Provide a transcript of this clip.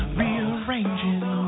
rearranging